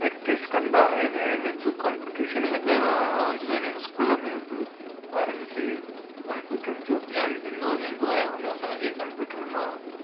practice कंदा आहिनि ऐं इन जो कंप्यूटेशन लॻियलु रहंदियूं आहिनि स्कूल में बि ॿारनि खे कंप्यूटर जो ज्ञान ॾिनो वेंदो आहे उन असांजे कंप्यूटर मां